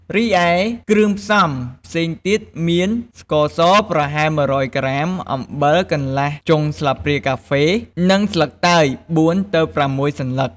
រិឯគ្រឿងផ្សំផ្សេងទៀតមាន ស្ករសប្រហែល១០០ក្រាម អំបិលកន្លះចុងស្លាបព្រាកាហ្វេ និងស្លឹកតើយ ៤ ទៅ ៦ សន្លឹក។